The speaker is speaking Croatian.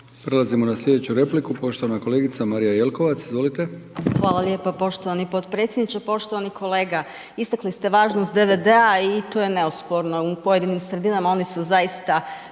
Prelazimo na sljedeću repliku. Poštovana kolegica Marija Jelkovac. Izvolite. **Jelkovac, Marija (HDZ)** Hvala lijepa poštovani potpredsjedniče. Poštovani kolega istakli ste važnost DVD-a i to je neosporno, u pojedinim sredinama oni su zaista